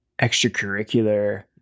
extracurricular